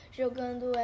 jogando